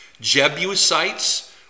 Jebusites